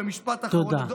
תודה, תודה.